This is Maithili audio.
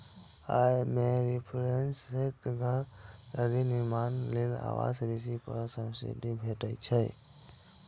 अय मे रीपरचेज सहित घरक अधिग्रहण, निर्माण लेल आवास ऋण पर सब्सिडी भेटै छै